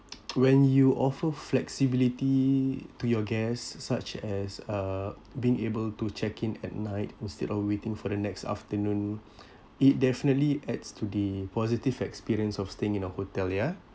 when you offer flexibility to your guests such as uh being able to check in at night instead of waiting for the next afternoon it definitely adds to the positive experience of staying in a hotel ya